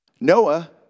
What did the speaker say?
Noah